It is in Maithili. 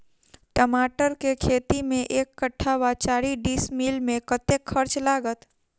टमाटर केँ खेती मे एक कट्ठा वा चारि डीसमील मे कतेक खर्च लागत?